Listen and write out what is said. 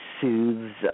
soothes